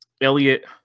Elliot